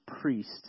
priest